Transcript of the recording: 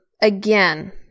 again